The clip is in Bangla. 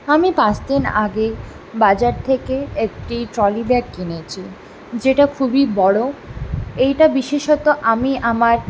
আমি পাঁচদিন আগে বাজার থেকে একটি ট্রলিব্যাগ কিনেছি যেটা খুবই বড়ো এইটা বিশেষত আমি আমার